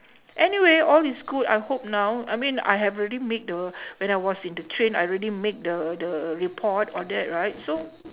anyway all is good I hope now I mean I have already make the when I was in the train I already make the the report all that right so